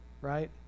right